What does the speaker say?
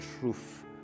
truth